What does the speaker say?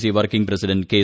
C working president K